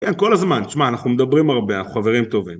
כל הזמן, תשמע, אנחנו מדברים הרבה, אנחנו חברים טובים.